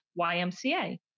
YMCA